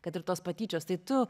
kad ir tos patyčios tai tu